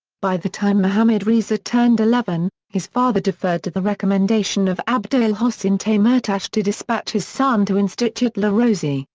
by the time mohammad reza turned eleven, his father deferred to the recommendation of abdolhossein teymourtash to dispatch his son to institut le rosey,